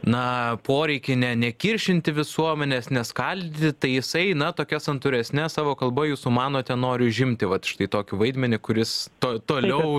na poreikį ne nekiršinti visuomenės neskaldyt tai jisai na tokias santūresne savo kalba jūs manote nori užimti vat štai tokį vaidmenį kuris to toliau